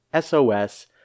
SOS